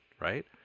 right